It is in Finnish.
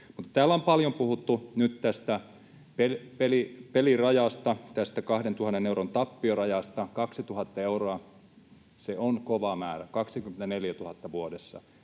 Täällä on paljon puhuttu nyt tästä pelirajasta, tästä 2 000 euron tappiorajasta. 2 000 euroa, se on kova määrä, 24 000 euroa vuodessa.